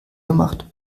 gemacht